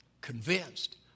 Convinced